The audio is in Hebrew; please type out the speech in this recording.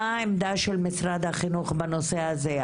מה היא העמדה של משרד החינוך בנושא הזה?